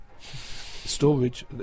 storage